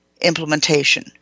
implementation